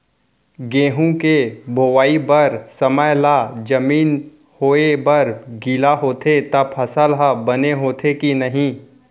गेहूँ के बोआई बर समय ला जमीन होये बर गिला होथे त फसल ह बने होथे की नही?